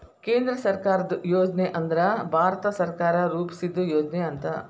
ಕೇಂದ್ರ ಸರ್ಕಾರದ್ ಯೋಜನೆ ಅಂದ್ರ ಭಾರತ ಸರ್ಕಾರ ರೂಪಿಸಿದ್ ಯೋಜನೆ ಅಂತ